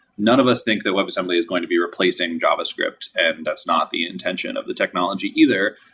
none of us think that webassembly is going to be replacing javascript, and that's not the intention of the technology either.